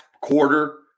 quarter